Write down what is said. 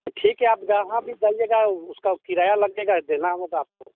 ठीक है आप जहाँ भी जाइएगा उसका किराया लगेगा देना होगा आपको